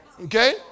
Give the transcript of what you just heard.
Okay